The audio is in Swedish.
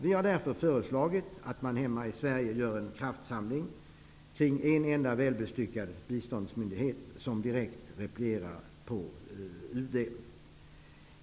Vi har därför föreslagit att man hemma i Sverige skall göra en kraftsamling kring en enda välbestyckad biståndsmyndighet som direkt replierar på UD.